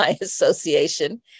Association